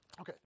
Okay